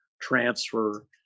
transfer